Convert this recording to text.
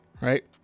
Right